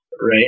right